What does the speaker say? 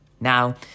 Now